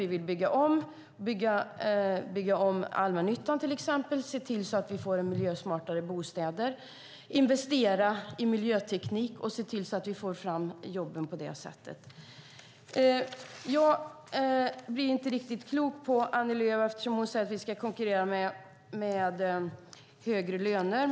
Vi vill bygga om till exempel allmännyttan och se till att vi får miljösmartare bostäder, och vi vill investera i miljöteknik och se till att vi får fram jobb på det sättet. Jag blir inte riktigt klok på det som Annie Lööf säger eftersom hon säger att vi ska konkurrera med högre löner.